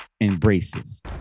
embraces